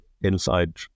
inside